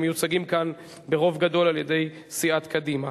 והם מיוצגים כאן ברוב גדול על-ידי סיעת קדימה.